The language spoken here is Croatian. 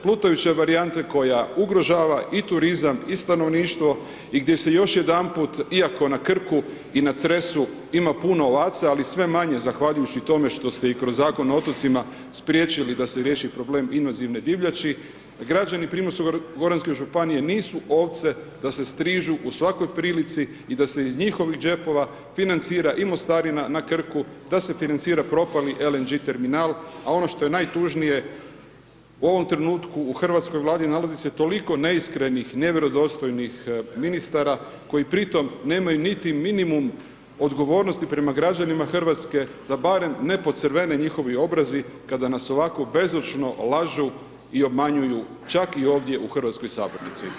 Plutajuća varijanta koja ugrožava i turizam i stanovništvo i gdje se još jedanput, iako na Krku i na Cresu ima puno ovaca, ali sve manje zahvaljujući i tome što ste i kroz Zakon o otocima spriječili da se riješi problem invazivne divljači, građani Primorsko goranske županije nisu ovce da se strižu u svakoj prilici i da se iz njihovih džepova financira i mostarina na Krku, da se financira propali LNG terminal, a ono što je najtužnije, u ovom trenutku, u hrvatskoj Vladi nalazi se toliko neiskrenih, nevjerodostojnih ministara koji pri tom nemaju niti minimum odgovornosti prema građanima RH, da barem ne pocrvene njihovi obrazi kada nas ovako bezočno lažu i obmanjuju, čak i ovdje u hrvatskoj Sabornici.